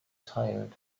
tired